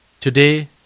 today